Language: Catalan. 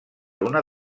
una